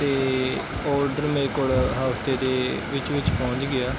ਅਤੇ ਔਡਰ ਮੇਰੇ ਕੋਲ ਹਫ਼ਤੇ ਦੇ ਵਿੱਚ ਵਿੱਚ ਪਹੁੰਚ ਗਿਆ